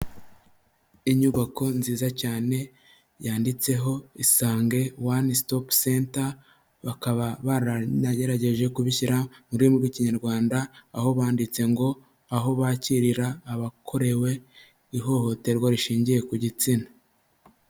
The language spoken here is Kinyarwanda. Inyubako nziza cyane yanditseho isange wani sitopu senta bakaba baranagerageje kubishyira mu rurimi bw'ikinyarwanda aho banditse ngo aho bakirira abakorewe ihohoterwa rishingiye ku gitsina.